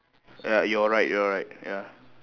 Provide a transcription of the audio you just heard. uh your right your right ya